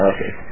Okay